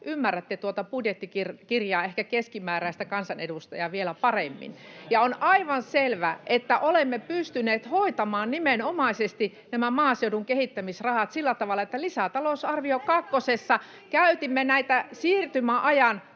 ymmärrätte tuota budjettikirjaa ehkä keskimääräistä kansanedustajaa vielä paremmin. On aivan selvä, että olemme pystyneet hoitamaan nimenomaisesti nämä maaseudun kehittämisrahat sillä tavalla, että lisätalousarvio kakkosessa [Anne Kalmari: